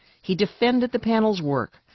he defended the panel's work,